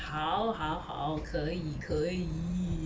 好好好可以可以